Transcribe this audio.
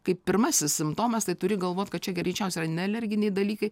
kaip pirmasis simptomas tai turi galvot kad čia greičiausiai yra nealerginiai dalykai